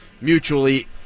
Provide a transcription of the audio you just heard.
mutually